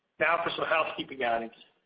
now, for some housekeeping items.